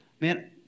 man